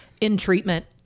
in-treatment